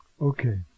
okay